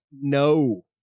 no